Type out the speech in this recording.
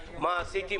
מה עשיתי,